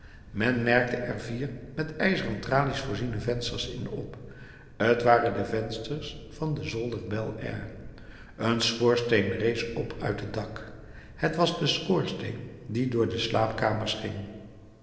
men merkte er vier met ijzeren tralies voorziene vensters in op t waren de vensters van den zolder bel air een schoorsteen rees op uit het dak het was de schoorsteen die door de slaapkamers ging